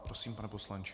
Prosím, pane poslanče.